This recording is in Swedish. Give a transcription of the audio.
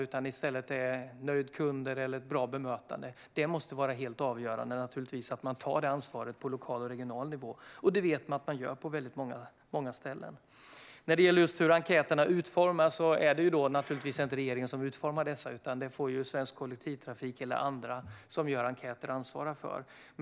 I stället måste naturligtvis nöjda kunder och ett bra bemötande vara helt avgörande och att man tar detta ansvar på lokal och regional nivå. Och man vet att det görs på väldigt många ställen. När det gäller hur enkäterna är utformade är det naturligtvis inte regeringen som utformar dem. Hur de utformas får Svensk Kollektivtrafik eller andra som gör enkäter ansvara för.